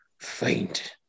Faint